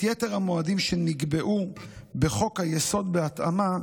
יתר המועדים שנקבעו בחוק-היסוד בהתאמה,